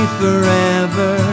forever